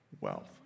wealth